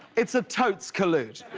it's a totes collude.